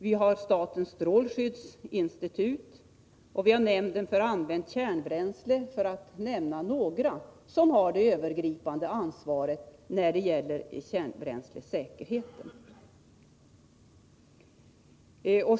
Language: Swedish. Vi har statens kärnkraftin för att nämna några som har ett övergripande ansvar när det gäller Onsdagen den kärnbränslesäkerheten.